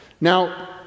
Now